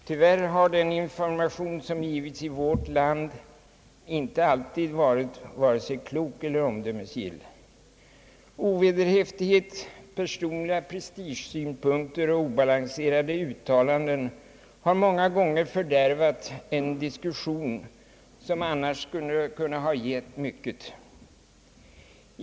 Tyvärr har den information som givits i vårt land inte alltid varit vare sig klok eller omdömesgill. Ovederhäftighet, personliga prestigesynpunkter och obalanserade uttalanden har många gånger fördärvat en diskussion som annars kunnat ge mycket.